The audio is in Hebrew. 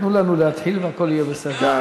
תנו לנו להתחיל, והכול יהיה בסדר.